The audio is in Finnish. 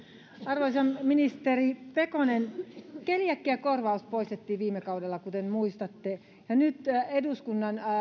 arvoisa ministeri pekonen keliakiakorvaus poistettiin viime kaudella kuten muistatte ja